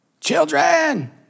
children